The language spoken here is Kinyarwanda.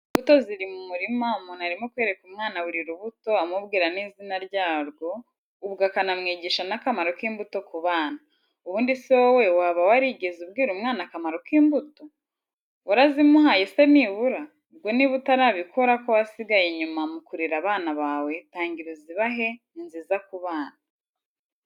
Imbuto ziri mu murima, umuntu arimo kwereka umwana buri rubuto amubwira n'izina ryarwo, ubwo akanamwigisha n'akamaro k'imbuto ku bana. Ubundi se wowe waba warigeze ubwira umwana akamaro k'imbuto? Warazimuhaye se nibura? Ubwo niba utarabikora kowasigaye inyuma mu kurera abana bawe, tangira uzibahe ni nziza ku bana.